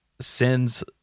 sends